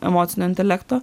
emocinio intelekto